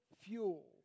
fuel